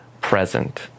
present